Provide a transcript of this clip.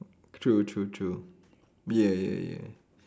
true true true ya ya ya